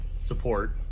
support